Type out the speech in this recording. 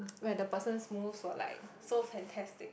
where the person's moves were like so fantastic